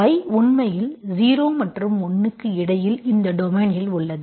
y உண்மையில் 0 மற்றும் 1 க்கு இடையில் இந்த டொமைனில் உள்ளது